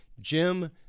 Jim